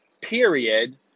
period